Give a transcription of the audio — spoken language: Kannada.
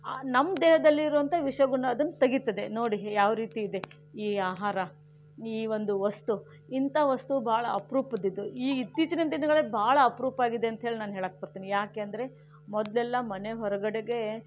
ನಮ್ಮ ದೇಹದಲ್ಲಿ ಇರೋವಂಥ ವಿಷ ಗುಣ ಅದನ್ನು ತೆಗೀತದೆ ನೋಡಿ ಯಾವ ರೀತಿ ಇದೆ ಈ ಆಹಾರ ಈ ಒಂದು ವಸ್ತು ಇಂಥ ವಸ್ತು ಭಾಳ ಅಪ್ರೂಪದ್ ಇದು ಈ ಇತ್ತೀಚಿನ ದಿನಗಳಲ್ಲಿ ಭಾಳ ಅಪರೂಪ ಆಗಿದೆ ಅಂತ ನಾನು ಹೇಳಕ್ಕೆ ಬರ್ತೀನಿ ಯಾಕೆಂದರೆ ಮೊದಲೆಲ್ಲ ಮನೆ ಹೊರಗಡೆಗೆ